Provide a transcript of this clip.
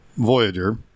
Voyager